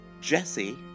Jesse